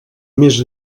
més